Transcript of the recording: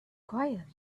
quiet